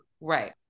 Right